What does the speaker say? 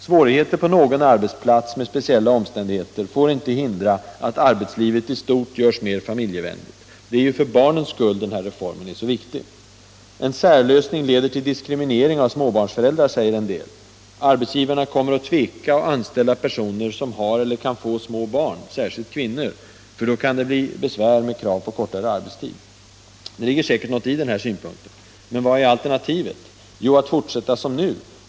Svårigheter på någon arbetsplats med speciella omständigheter får inte hindra att arbetslivet i stort görs mer familjevänligt. Det är ju för barnens skull den här reformen är så viktig. En särlösning leder till diskriminering av småbarnsföräldrar, säger en del. Arbetsgivarna kommer att tveka att anställa personer som har eller kan få små barn, särskilt kvinnor, för då kan det bli besvär med krav på kortare arbetstid. Det ligger säkert någonting i den här synpunkten. Men vad är alternativet? Jo, att fortsätta som nu.